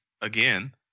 again